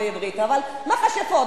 אבל "מכשפות",